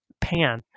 Pan